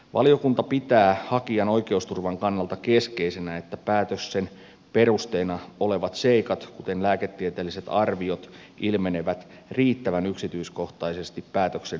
valiokunta pitää hakijan oikeusturvan kannalta keskeisenä että päätöksen perusteena olevat seikat kuten lääketieteelliset arviot ilmenevät riittävän yksityiskohtaisesti päätöksen perusteluista